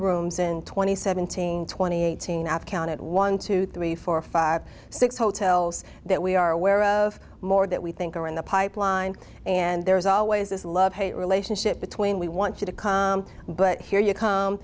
rooms in twenty seventeen twenty eight seen at counted one two three four five six hotels that we are aware of more that we think are in the pipeline and there is always this love hate relationship between we want you to come but here you come